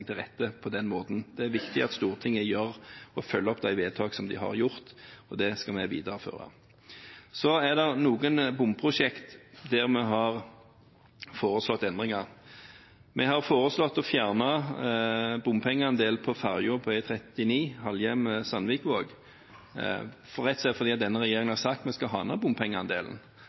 til rette på den måten. Det er viktig at Stortinget følger opp de vedtakene det har gjort, og det skal vi videreføre. På noen bomprosjekter har vi foreslått endringer. Vi har foreslått å fjerne bompengeandelen på fergen på E39 Halhjem–Sandvikvåg, rett og slett fordi denne regjeringen har sagt at vi skal ha ned bompengeandelen.